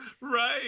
Right